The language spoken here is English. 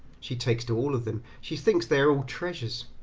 she takes to all of them, she thinks they are all treasures,